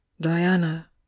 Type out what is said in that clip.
diana